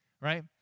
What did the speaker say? right